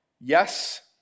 Yes